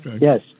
Yes